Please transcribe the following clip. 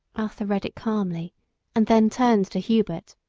arthur read it calmly and then turned to hubert.